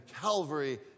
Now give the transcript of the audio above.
Calvary